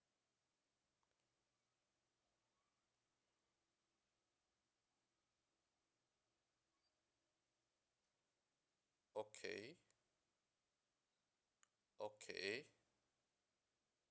okay okay